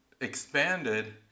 expanded